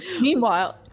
Meanwhile